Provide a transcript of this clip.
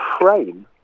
frame